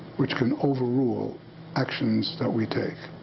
which can overrule actions that we take.